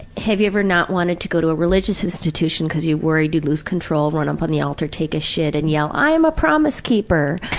have you ever not wanted to go to a religious institution cause you worry you'd lose control, run up on the altar, take a shit, and yell i'm a promise-keeper!